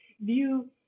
view